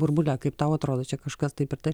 burbule kaip tau atrodo čia kažkas taip ir taip